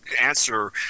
answer